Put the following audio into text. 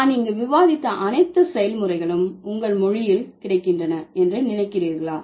நான் இங்கு விவாதித்த அனைத்து செயல்முறைகளும் உங்கள் மொழியில் கிடைக்கின்றன என்று நினைக்கிறீர்களா